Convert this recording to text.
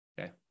okay